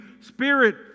spirit